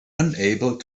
unable